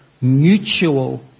mutual